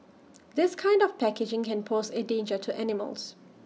this kind of packaging can pose A danger to animals